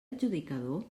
adjudicador